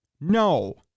No